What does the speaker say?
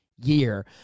year